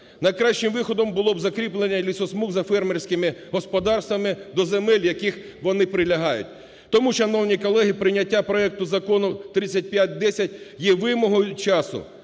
Найкращим виходом було б закріплення лісосмуг за фермерськими господарствами до земель, до яких вони прилягають. Тому, шановні колеги, прийняття проекту Закону 3510 є вимогою часу,